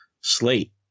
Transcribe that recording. Slate